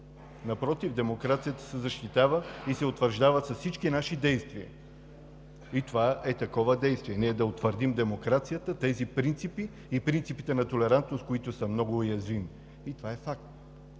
Напротив, демокрацията се защитава и се утвърждава с всички наши действия. Това е такова действие – ние да утвърдим демокрацията, тези принципи и принципите на толерантност, които са много уязвими. Това е факт.